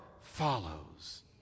follows